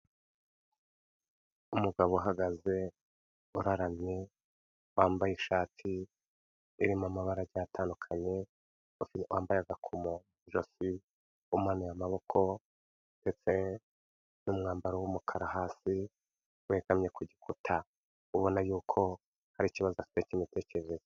Umugabo uhagaze uraramye, wambaye ishati irimo amabara agiye atandukanye, wambaye agakomo mu ijosi, umanuye amaboko ndetse n'umwambaro w'umukara hasi, wegamye ku gikuta, ubona yuko hari ikibazo afite k'imitekerereze.